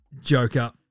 Joker